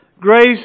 grace